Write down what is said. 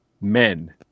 men